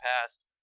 past